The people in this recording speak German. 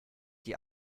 die